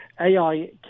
AI